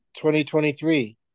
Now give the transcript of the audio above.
2023